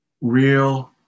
real